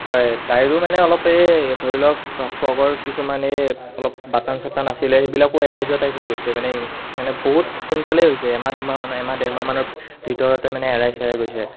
হয় তাইৰো মানে অলপ এই ধৰি লওক ফ্ৰকৰ কিছুমান এই অলপ বাটন চাটন আছিলে সেইবিলাকো এৰাই যোৱা টাইপ হৈ গৈছে মানে মানে বহুত সোনকালেই হৈছে এমাহ দুমাহমানো হোৱা নাই এমাহ দেৰমাহমানৰ ভিতৰতে মানে এৰাই চেৰাই গৈছে